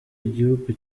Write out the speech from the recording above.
igihugu